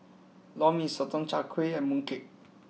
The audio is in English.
Lor Mee Sotong Char Kway and Mooncake